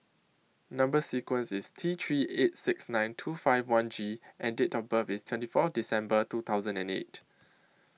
Number sequence IS T three eight six nine two five one G and Date of birth IS twenty four December two thousand and eight